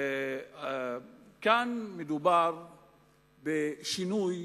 כאן מדובר בשינוי